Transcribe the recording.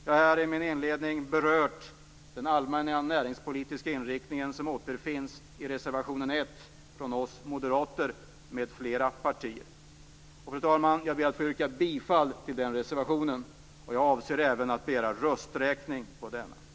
Jag har i min inledning berört den allmänna näringspolitiska inriktning som återfinns i reservation 1 från Moderaterna m.fl. Fru talman! Jag ber att få yrka bifall till den reservationen. Jag avser även att begära rösträkning när det gäller denna.